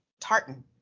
tartan